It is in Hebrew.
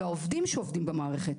והעובדים שעובדים במערכת,